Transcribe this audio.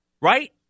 Right